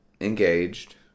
engaged